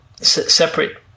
separate